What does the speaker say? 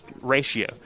ratio